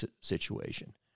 situation